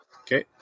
Okay